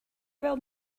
fel